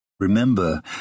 Remember